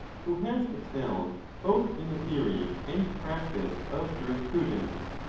who has excelled both in the theory and practice of juris prudence,